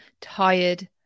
tired